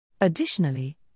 Additionally